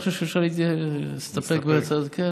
אני חושב שאפשר להסתפק בהצעתי.